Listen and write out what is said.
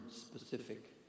specific